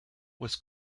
was